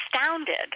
astounded